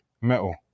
metal